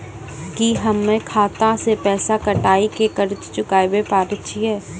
की हम्मय खाता से पैसा कटाई के कर्ज चुकाबै पारे छियै?